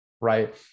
right